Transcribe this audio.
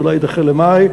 זה אולי יידחה למאי,